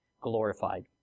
glorified